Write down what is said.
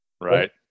Right